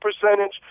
percentage